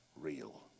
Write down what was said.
real